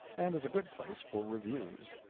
and is a good place for reviews.